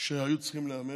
שהיו צריכים להיאמר.